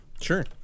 Sure